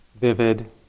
Vivid